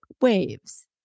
waves